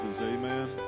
Amen